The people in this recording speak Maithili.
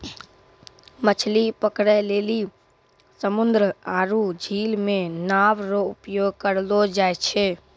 मछली पकड़ै लेली समुन्द्र आरु झील मे नांव रो उपयोग करलो जाय छै